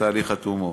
את התהליך עד תומו.